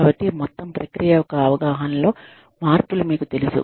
కాబట్టి మొత్తం ప్రక్రియ యొక్క అవగాహనలో మార్పులు మీకు తెలుసు